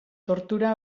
tortura